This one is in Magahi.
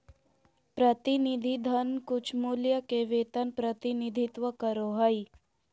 प्रतिनिधि धन कुछमूल्य के वेतन प्रतिनिधित्व करो हइ